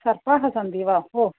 सर्पाः सन्ति वा ओ